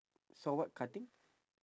saw what cutting